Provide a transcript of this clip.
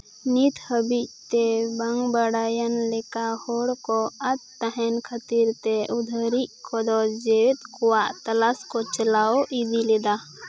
ᱱᱤᱛ ᱦᱟᱹᱵᱤᱡ ᱛᱮ ᱵᱟᱝ ᱵᱟᱲᱟᱭᱟᱱ ᱞᱮᱠᱟ ᱦᱚᱲ ᱠᱚ ᱟᱛ ᱛᱟᱦᱮᱱ ᱠᱷᱟᱹᱛᱤᱨ ᱛᱮ ᱩᱫᱷᱟᱹᱨᱤᱡᱽ ᱠᱚᱫᱚ ᱡᱮᱣᱮᱫ ᱠᱚᱣᱟᱜ ᱛᱟᱞᱟᱥ ᱠᱚ ᱪᱟᱞᱟᱣ ᱤᱫᱤ ᱞᱮᱫᱟ